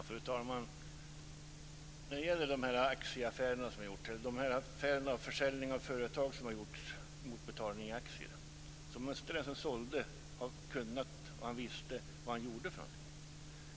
Fru talman! När det gäller de affärer som gjorts, försäljningar av företag mot betalning i aktier, måste den som sålde ha vetat vad han gjorde.